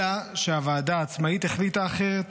אלא שהוועדה העצמאית החליטה אחרת.